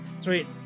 Sweet